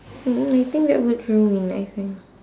no I think that would ruin I think